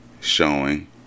showing